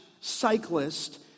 cyclist